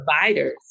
providers